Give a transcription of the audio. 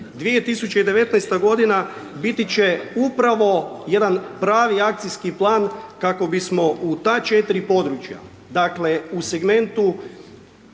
2019. godina biti će upravo jedan pravi akcijski plan kako bismo u ta 4 područja, dakle u segmentu